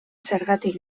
zergatik